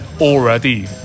already